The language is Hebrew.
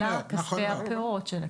אלא כספי הפרות של הקרן.